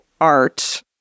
art